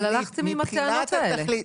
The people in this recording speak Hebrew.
הלכתם עם הטענות האלה.